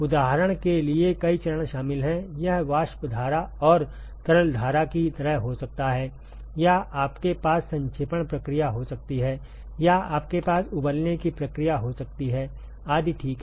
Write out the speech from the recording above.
उदाहरण के लिए कई चरण शामिल हैं यह वाष्प धारा और तरल धारा की तरह हो सकता है या आपके पास संक्षेपण प्रक्रिया हो सकती है या आपके पास उबलने की प्रक्रिया हो सकती है आदि ठीक है